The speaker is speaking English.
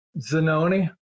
Zanoni